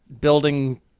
building